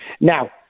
Now